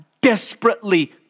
desperately